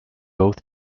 both